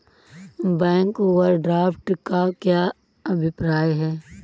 Bank overdraft का क्या अभिप्राय है?